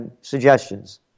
suggestions